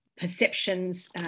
perceptions